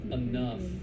enough